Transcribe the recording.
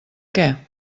què